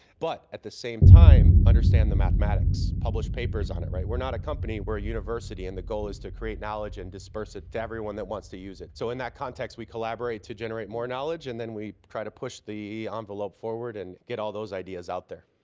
but at the same time understand the mathematics, published papers on it. we are not a company, we're a university, and the goal is to create knowledge and disperse it to everyone that wants to use it. so in that context we collaborate to generate more knowledge and then we try to push the envelope forward and get all those ideas out there.